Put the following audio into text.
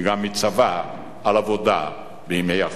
היא גם מצווה על עבודה בימי החול.